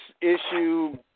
issue